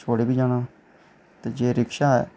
ते छोड़ी बी जाना ते जे रिक्शा ऐ